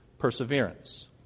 perseverance